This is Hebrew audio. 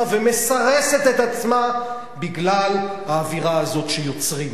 ומסרסת את עצמה בגלל האווירה הזאת שיוצרים.